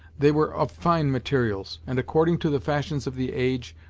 they were of fine materials, and, according to the fashions of the age,